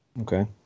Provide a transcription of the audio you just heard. Okay